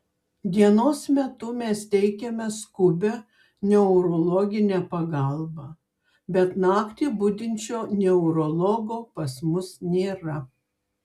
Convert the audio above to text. dienos metu mes teikiame skubią neurologinę pagalbą bet naktį budinčio neurologo pas mus nėra